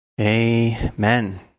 Amen